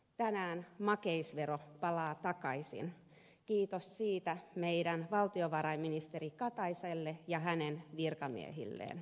tänään makeisvero palaa takaisin kiitos siitä meidän valtiovarainministeri kataiselle ja hänen virkamiehilleen